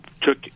took